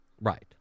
Right